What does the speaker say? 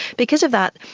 because of that,